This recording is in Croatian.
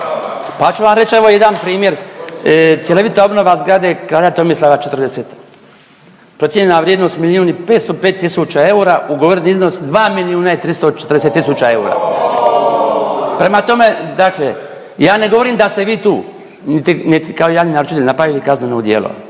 Pa ću vam reć evo jedan primjer, cjelovita obnova zgrade Kralja Tomislava 40, procijenjena vrijednost milijun i 505 tisuća eura, ugovoreni iznos dva milijuna i 340 tisuća eura. Prema tome, dakle ja ne govorim da ste vi tu niti kao javni naručitelj napravili kazneno djelo,